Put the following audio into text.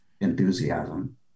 enthusiasm